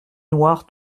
noire